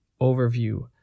overview